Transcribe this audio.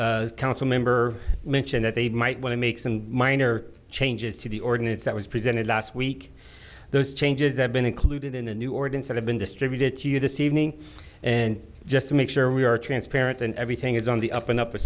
time council member mentioned that they might want to make some minor changes to the ordinance that was presented last week those changes have been included in the new order that have been distributed to you this evening and just to make sure we are transparent and everything is on the up and up